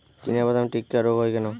চিনাবাদাম টিক্কা রোগ হয় কেন?